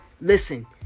listen